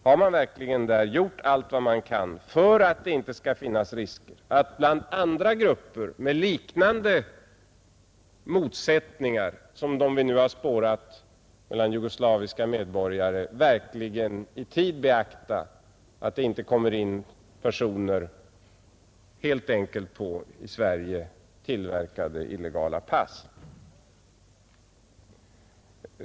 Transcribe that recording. Har man verkligen gjort allt man kan för att det inte skall finnas risk att polisen inte i tid hinner reagera beträffande andra grupper med liknande motsättningar som dem vi nu har spårat mellan jugoslaviska medborgare, om det kommer in personer på i Sverige tillverkade illegala pass?